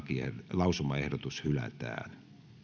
lausumaehdotus hylätään